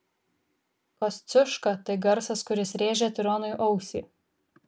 kosciuška tai garsas kuris rėžia tironui ausį